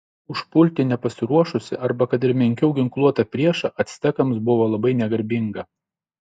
užpulti nepasiruošusį arba kad ir menkiau ginkluotą priešą actekams buvo labai negarbinga